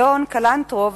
לאון קלנטרוב,